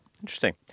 Interesting